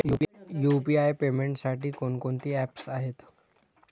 UPI पेमेंटसाठी कोणकोणती apps आहेत?